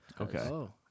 Okay